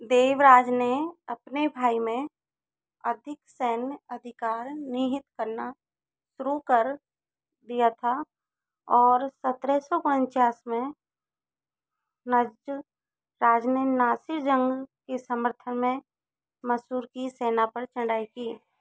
देवराज ने अपने भाई में अधिक सैन्य अधिकार निहित करना शुरू कर दिया था और सतरह सौ पंचास में नंजराज ने नासिर जंग के समर्थन में मैसूर की सेना पर चढ़ाई की